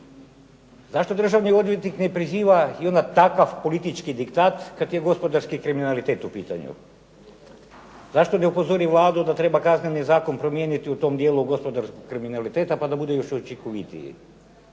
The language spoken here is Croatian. zašto državni odvjetnik ne priziva i onda takav politički diktat kad je gospodarski kriminalitet u pitanju. Zašto ne upozori Vladu da treba Kazneni zakon promijeniti u tom dijelu gospodarskog kriminaliteta pa da bude još učinkovitiji,